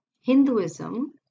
Hinduism